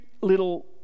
little